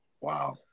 Wow